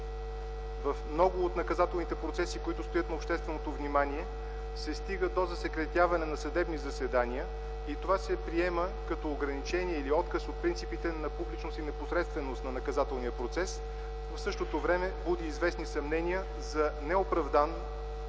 в много от наказателните процеси, които стоят на общественото внимание, се стига до засекретяване на съдебни заседания и това се приема като ограничение или отказ от принципите на публичност и непосредственост на наказателния процес. В същото време буди известни съмнения за неоправдан